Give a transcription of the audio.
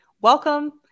welcome